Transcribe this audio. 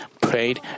prayed